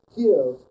give